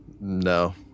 No